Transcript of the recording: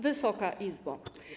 Wysoka Izbo!